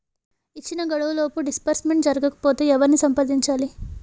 ఇచ్చిన గడువులోపు డిస్బర్స్మెంట్ జరగకపోతే ఎవరిని సంప్రదించాలి?